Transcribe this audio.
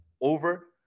over